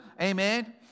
Amen